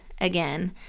again